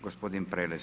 Gospodin Prelec.